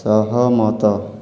ସହମତ